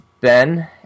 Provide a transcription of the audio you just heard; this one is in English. Ben